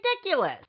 ridiculous